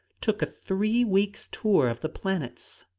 took a three weeks' tour of the planets,